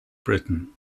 britain